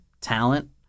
talent